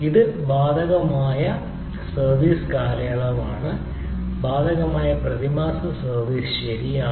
ഇത് ബാധകമായ സർവീസ് കാലയളവാണ് ബാധകമായ പ്രതിമാസ സർവീസ് ഫീസ് ശരിയാണ്